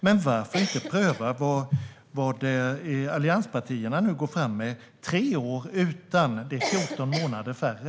Men varför inte pröva vad allianspartierna går fram med? Tre år utan - det är 14 månader färre.